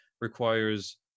requires